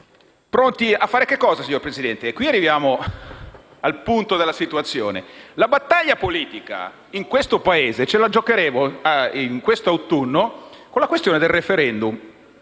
pronti a fare cosa, signora Presidente? Arriviamo al punto della situazione: la battaglia politica in questo Paese ce la giocheremo il prossimo autunno con il *referendum*.